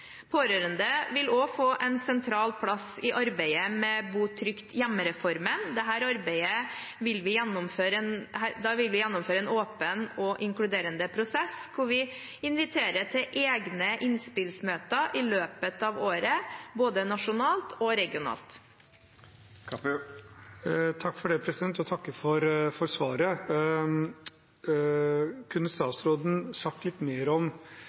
Pårørende vil også få en sentral plass i arbeidet med Bo trygt hjemme-reformen. I dette arbeidet vil vi gjennomføre en åpen og inkluderende prosess, hvor vi inviterer til egne innspillsmøter i løpet av året – både nasjonalt og regionalt. Jeg takker for svaret. Kunne statsråden sagt litt mer om